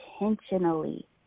intentionally